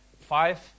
five